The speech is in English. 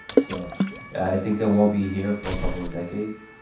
and so i think they won't be here for a couple of decades.